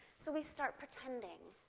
so we start pretending.